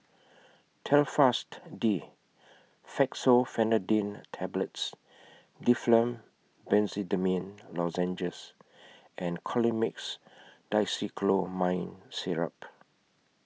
Telfast D Fexofenadine Tablets Difflam Benzydamine Lozenges and Colimix Dicyclomine Syrup